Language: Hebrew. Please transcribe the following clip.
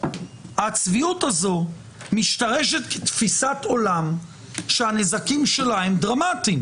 הצביעות הזו משתרשת כתפיסת עולם שהנזקים שלה הם דרמטיים.